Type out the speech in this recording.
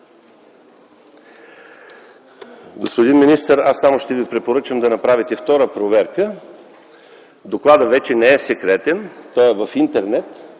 Господин министър, аз само ще Ви препоръчам да направите втора проверка. Докладът вече не е секретен, той е в Интернет,